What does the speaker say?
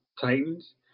Titans